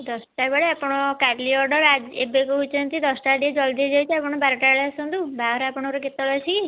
ଦଶଟାବେଳେ ଆପଣ କାଲି ଅର୍ଡ଼ର ଏବେ କହୁଛନ୍ତି ଦଶଟାବେଳେ ଟିକିଏ ଜଲ୍ଦି ହେଇଯାଇଛି ଆପଣ ବାରଟାବେଳେ ଆସନ୍ତୁ ବାହାଘର ଆପଣଙ୍କର କେତେବେଳେ ଅଛି କି